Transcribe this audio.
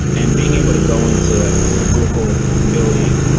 and being able to go into the google building,